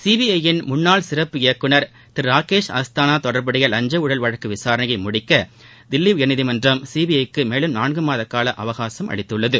CBI யின் முன்னாள் சிறப்பு இயக்குநர் திரு ரகேஷ் அஸ்தானா தொடர்புடைய லஞ்ச ஊழல் வழக்கு விசாரணையை முடிக்க தில்லி உயா்நீதிமன்றம் சிபிஐ க்கு மேலும் நான்கு மாத அவகாசம் அளித்துள்ளது